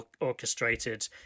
orchestrated